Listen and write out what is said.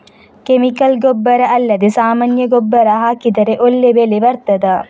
Chemical ಗೊಬ್ಬರ ಅಲ್ಲದೆ ಸಾಮಾನ್ಯ ಗೊಬ್ಬರ ಹಾಕಿದರೆ ಒಳ್ಳೆ ಬೆಳೆ ಬರ್ತದಾ?